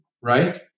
right